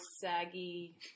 saggy